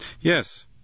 Yes